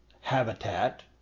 habitat